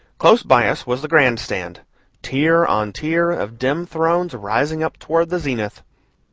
close by us was the grand stand tier on tier of dim thrones rising up toward the zenith.